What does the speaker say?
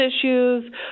issues